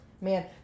man